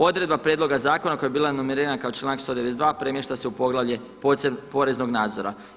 Odredba prijedloga zakona koja je bila numerirana kao članak 192. premješta se u poglavlje poreznog nadzora.